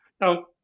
Now